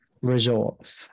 resort